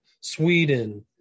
Sweden